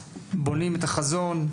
בונים את החזון,